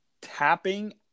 tapping